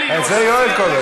שלי, נו, את זה יואל קובע.